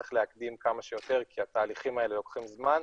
צריך להקדים כמה שיותר כי התהליכים האלה לוקחים זמן.